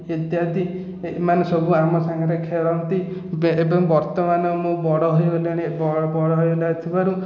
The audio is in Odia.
ଇତ୍ୟାଦି ଏମାନେ ସବୁ ଆମ ସାଙ୍ଗରେ ଖେଳନ୍ତି ବେ ଏବଂ ବର୍ତ୍ତମାନ ମୁଁ ବଡ଼ ହୋଇଗଲିଣି ଥିବାରୁ